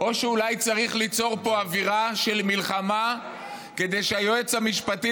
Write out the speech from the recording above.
או שאולי צריך ליצור פה אווירה של מלחמה כדי שהיועץ המשפטי